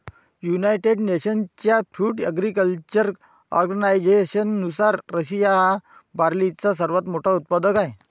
United नेशन्सच्या food agriculture ऑर्गनायझेशननुसार, Russia हा बार्लीचा सर्वात मोठा उत्पादक आहे